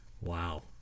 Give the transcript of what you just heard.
Wow